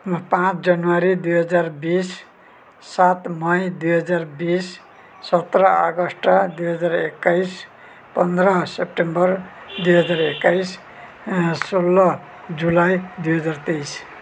पाँच जनवरी दुई हजार बिस सात मे दुई हजार बिस सत्रह अगस्ट दुई हजार एक्काइस पन्ध्र सेप्टेम्बर दुई हजार एक्काइस सोह्र जुलाई दुई हजार तेइस